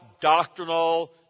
doctrinal